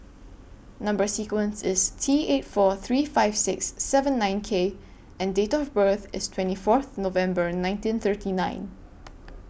Number sequence IS T eight four three five six seven nine K and Date of birth IS twenty Fourth November nineteen thirty nine